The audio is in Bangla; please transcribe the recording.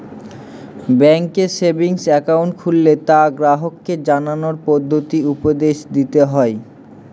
ব্যাঙ্কে সেভিংস একাউন্ট খুললে তা গ্রাহককে জানানোর পদ্ধতি উপদেশ দিতে হয়